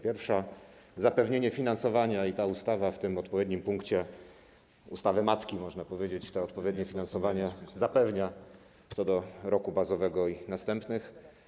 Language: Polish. Pierwsza to zapewnienie finansowania i ta ustawa w tym odpowiednim punkcie ustawy matki to odpowiednie finansowanie zapewnia co do roku bazowego i następnych.